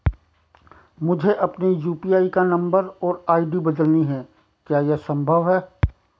मुझे अपने यु.पी.आई का नम्बर और आई.डी बदलनी है क्या यह संभव है?